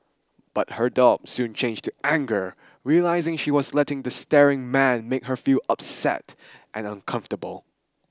but her doubt soon changed to anger realising she was letting the staring man make her feel upset and uncomfortable